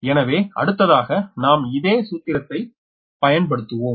எனவே அடுத்தாக நாம் இதே சூத்திரத்தை பயன்படுத்துவோம்